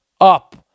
Up